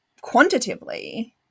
quantitatively